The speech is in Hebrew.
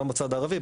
גם בצד הערבי,